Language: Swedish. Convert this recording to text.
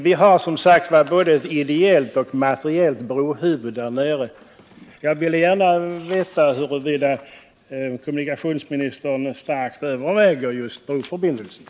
Vi har som sagt både ett ideellt och ett materiellt brohuvud där nere. Jag vill gärna veta huruvida kommunikationsministern starkt överväger just broförbindelsen.